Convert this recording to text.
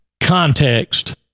context